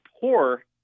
poor